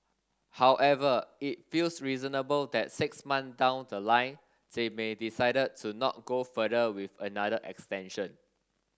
however it feels reasonable that six month down the line they may decided to not go further with another extension